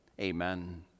Amen